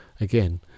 again